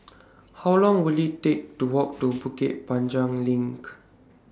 How Long Will IT Take to Walk to Bukit Panjang LINK